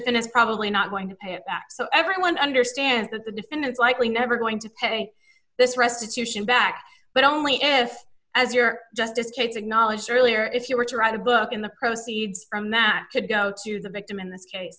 if it is probably not going to pay it back so everyone understands that the defendant likely never going to pay this restitution back but only if as you're just escapes acknowledged earlier if you were to write a book in the proceeds from that could go to the victim in this case